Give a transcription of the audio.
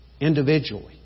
individually